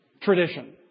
tradition